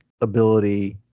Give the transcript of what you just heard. ability